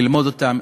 ללמוד אותם,